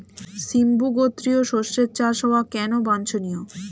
সিম্বু গোত্রীয় শস্যের চাষ হওয়া কেন বাঞ্ছনীয়?